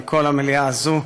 מכל המליאה הזאת,